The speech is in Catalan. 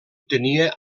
tenia